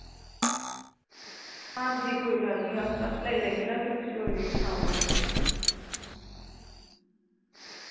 हां जी कोई गल्ल नी अस अस लेई लैगे ना फिर कुसै होर गी बी सनाई ओड़गे